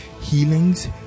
healings